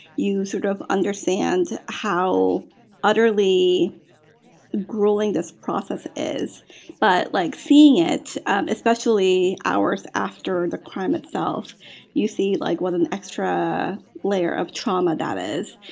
you sort of understand how utterly grueling this process is but like seeing it especially hours after the crime itself you see like what an extra layer of trauma that is.